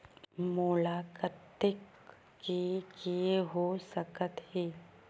मोला कतेक के के हो सकत हे?